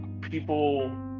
people